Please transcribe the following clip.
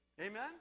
Amen